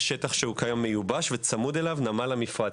יש שטח שהוא כיום מיובש וצמוד אליו נמל המפרץ.